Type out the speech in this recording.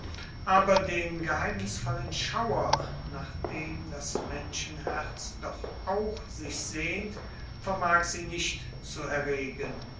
aber den geheimnisvollen schauer nach dem das menschenherz doch auch sich sehnt vermag sie nicht zu erregen